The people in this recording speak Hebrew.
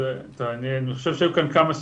אני חושב שיש כאן כמה סוגיות.